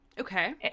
Okay